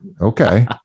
okay